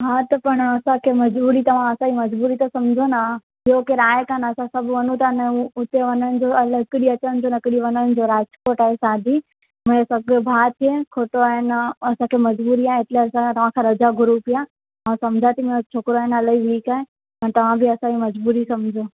हा त पण असांखे मजबूरी तव्हां असांजी मजबूरी त समुझो न ॿियो केरु आहे कान असां सभु वञूं था न उते वञण जो हिकु ॾींहुं अचणु जो हिकु ॾींहुं वञणु जो राजकोट आहे शादी मुंहिंजे सॻे भाउ जी त खोटो आहे न असांखे मजबूरी आहे एटले असां तव्हांखां रज़ा घुरूं पिया मां समझां थी असांजो छोकिरो इलाही वीक आहे पण तव्हां बि असांजी मजबूरी समुझो